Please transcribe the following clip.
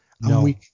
No